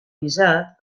visat